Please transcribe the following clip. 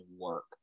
work